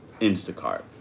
Instacart